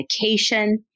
medication